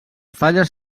falles